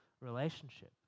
relationship